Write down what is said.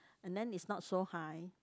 and then is not so high